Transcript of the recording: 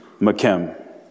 McKim